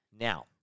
Now